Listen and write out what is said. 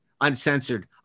uncensored